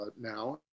now